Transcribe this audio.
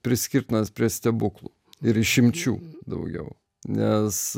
priskirtinas prie stebuklų ir išimčių daugiau nes